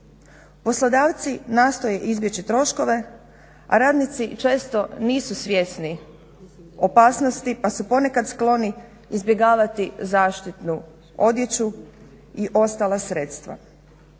poslodavci nastoje izbjeći troškove, a radnici često nisu svjesni opasnosti pa su ponekad skloni izbjegavati zaštitnu odjeću i ostala sredstva.